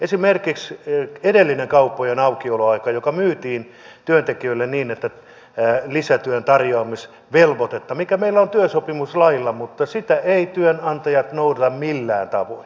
esimerkiksi edellinen kauppojen aukioloaika myytiin työntekijöille niin että puhuttiin lisätyön tarjoamisvelvoitteesta mikä meillä on työsopimuslailla mutta sitä eivät työnantajat noudata millään tavoin